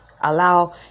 allow